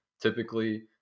Typically